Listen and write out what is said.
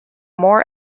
more